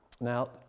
Now